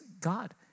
God